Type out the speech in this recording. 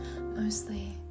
Mostly